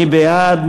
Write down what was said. מי בעד?